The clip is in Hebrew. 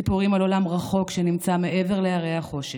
סיפורים על עולם רחוק שנמצא מעבר להרי החושך,